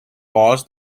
balls